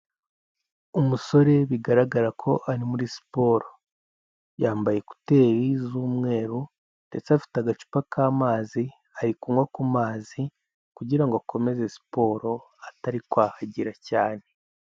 Umusore bigaragara ko ari muri siporo yambaye ekuteri z'umweru ndetse afite agacupa k'amazi, ari kunywa ku mazi kugira ngo akomeze siporo atari kwahagira cyane.